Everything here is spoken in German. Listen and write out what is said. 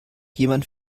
jemand